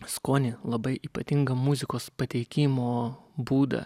skonį labai ypatingą muzikos pateikimo būdą